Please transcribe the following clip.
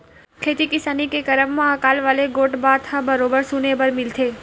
खेती किसानी के करब म अकाल वाले गोठ बात ह बरोबर सुने बर मिलथे ही